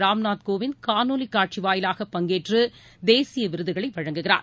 ராம்நாத் கோவிந்த் காணொலிக் காட்சி வாயிலாக பங்கேற்று தேசிய விருதுகளை வழங்குகிறார்